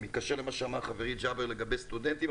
זה מתקשר למה שאמר חברי ג'אבר לגבי סטודנטים,